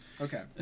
Okay